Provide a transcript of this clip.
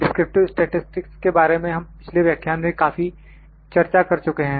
descriptive statistics के बारे में हम पिछले व्याख्यान में काफी चर्चा कर चुके हैं